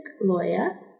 Lawyer